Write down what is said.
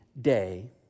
day